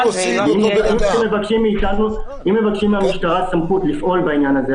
אם מבקשים מהמשטרה סמכות לפעול בעניין הזה,